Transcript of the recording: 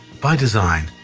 by design,